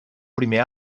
primer